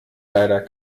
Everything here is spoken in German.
leider